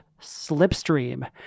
slipstream